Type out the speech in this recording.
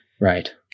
Right